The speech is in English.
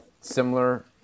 similar